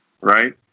right